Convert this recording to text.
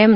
M